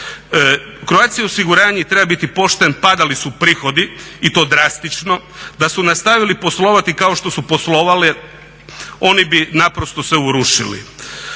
Croatia osiguranje treba biti pošten padali su prihodi i to drastično. Da su nastavili poslovati kao što su poslovali oni bi naprosto se urušili.